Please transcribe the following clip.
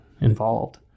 involved